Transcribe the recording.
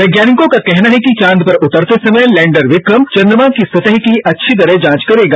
वैज्ञानिकों का कहना है कि चांद पर उतरते समय लैंडर विक्रम चंद्रमा की सतह की अच्छी तरह जांच करेगा